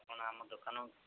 ଆପଣ ଆମ ଦୋକାନ